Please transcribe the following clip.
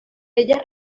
ella